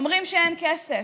אומרים שאין כסף,